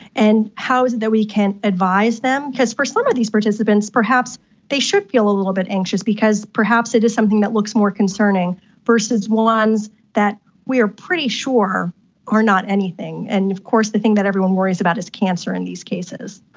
and how is it that we can advise them? because for some of these participants perhaps they should be a little bit anxious because perhaps it is something that looks more concerning versus ones that we are pretty sure are not anything. and of course the thing that everyone worries about is cancer in these cases.